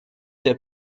der